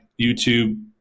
YouTube